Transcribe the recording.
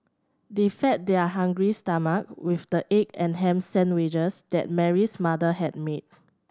they fed their hungry stomach with the egg and ham sandwiches that Mary's mother had made